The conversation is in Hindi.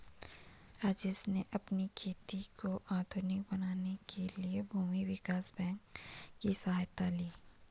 राजेश ने अपनी खेती को आधुनिक बनाने के लिए भूमि विकास बैंक की सहायता ली